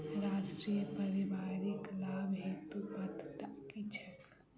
राष्ट्रीय परिवारिक लाभ हेतु पात्रता की छैक